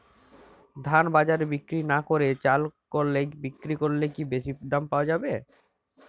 ধান বাজারে বিক্রি না করে চাল কলে বিক্রি করলে কি বেশী দাম পাওয়া যাবে?